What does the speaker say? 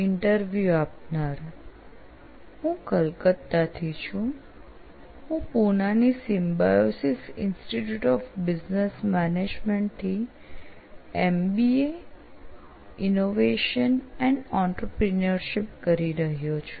interview આપનાર હું કલકત્તાથી છું હું પૂનાની Symbiosis Institute of Business Management થી એમબીએ ઇનોવેશન અને આંત્રપ્રિન્યોરશિપ કરી રહ્યો છું